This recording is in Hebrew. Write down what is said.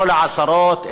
לא לעשרות,